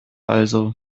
also